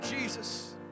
Jesus